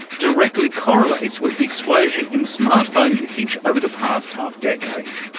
directly correlates with the explosion in smart phone usage over the past half-decade.